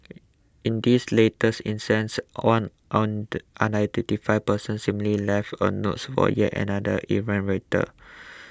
in this latest instance one unidentified person similarly left a note for yet another errant